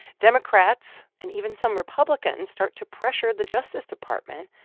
democrats and even some republicans start to pressure the justice department,